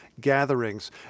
gatherings